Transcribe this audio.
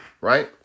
Right